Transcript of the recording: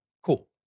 Cool